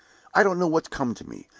i don't know what's come to me,